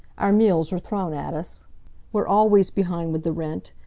our meals are thrown at us we're always behind with the rent.